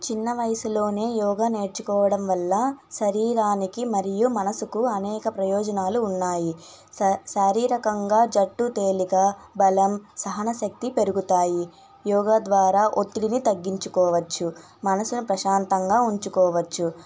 చిన్న వయసులోనే యోగా నేర్చుకోవడం వల్ల శరీరానికి మరియు మనసుకు అనేక ప్రయోజనాలు ఉన్నాయి స శారీరకంగా జట్టు తేలిక బలం సహనశక్తి పెరుగుతాయి యోగ ద్వారా ఒత్తిడిని తగ్గించుకోవచ్చు మనసును ప్రశాంతంగా ఉంచుకోవచ్చు